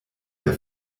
der